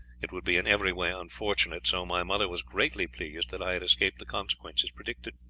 it would be in every way unfortunate so my mother was greatly pleased that i had escaped the consequences predicted.